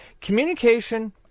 Communication